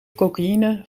cocaïne